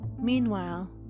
Meanwhile